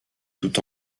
tout